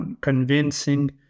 convincing